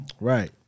Right